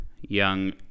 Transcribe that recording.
young